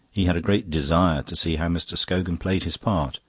he had a great desire to see how mr. scogan played his part.